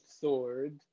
sword